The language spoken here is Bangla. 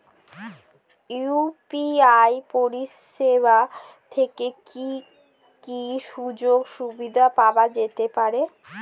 ইউ.পি.আই পরিষেবা থেকে কি কি সুযোগ সুবিধা পাওয়া যেতে পারে?